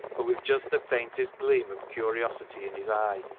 but with just the faintest gleam of curiosity in his eye.